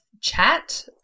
chat